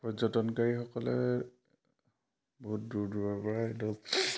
পৰ্যটনকাৰীসকলে বহুত দূৰ দূৰৰপৰা আহে